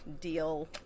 deal